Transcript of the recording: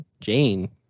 Jane